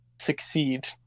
succeed